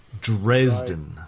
Dresden